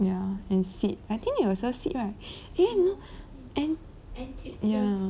ya and seed I think they got sell seed right eh no and ya